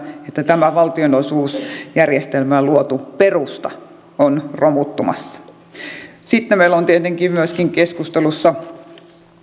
että tämä valtionosuusjärjestelmään luotu perusta on romuttumassa sitten meillä ovat tietenkin keskustelussa myöskin